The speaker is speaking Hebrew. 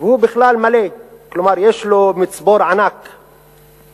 והוא בכלל מלא, כלומר יש לו מצבור ענק של לאווים.